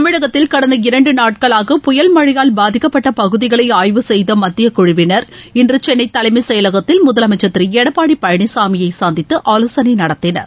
தமிழகத்தில் கடந்த இரண்டு நாட்களாக புயல் மழழயால் பாதிக்கப்பட்ட பகுதிகளை ஆய்வு செய்த மத்திய குழுவினர் இன்று சென்னைதலைமைச் செயலகத்தில் முதலமைச்சள் திரு எடப்பாடி பழனிசாமியை சந்தித்து ஆலோசனை நடத்தினர்